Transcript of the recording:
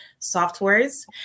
softwares